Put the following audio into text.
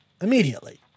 immediately